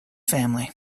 family